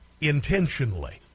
intentionally